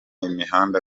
imihanda